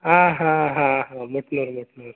हां हां हां हां